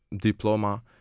diploma